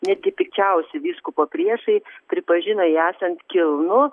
netgi pikčiausi vyskupo priešai pripažino jį esant kilnų